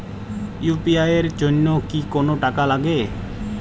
UPI এর জন্য কি কোনো টাকা লাগে?